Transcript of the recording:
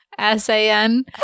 S-A-N